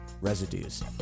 Residues